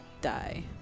die